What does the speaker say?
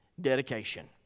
Dedication